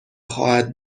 خواهد